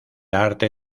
arte